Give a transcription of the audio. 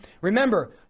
Remember